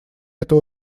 это